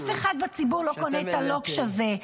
-- אף אחד בציבור לא קונה את הלוקש הזה.